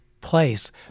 place